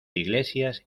iglesias